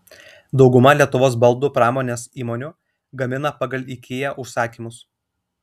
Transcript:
dauguma lietuvos baldų pramonės įmonių gamina pagal ikea užsakymus